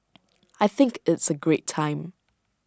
I think it's A great time